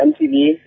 MTV